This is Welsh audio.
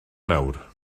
nawr